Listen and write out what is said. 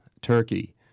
turkey